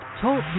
Talk